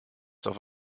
doch